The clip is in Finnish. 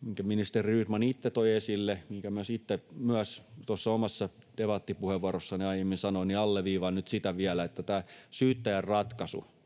minkä ministeri Rydman itse toi esille, minkä sitten myös tuossa omassa debattipuheenvuorossani aiemmin sanoin ja mitä alleviivaan nyt vielä: tämä syyttäjän ratkaisuhan